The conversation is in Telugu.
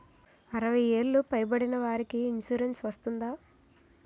అరవై ఏళ్లు పై పడిన వారికి ఇన్సురెన్స్ వర్తిస్తుందా?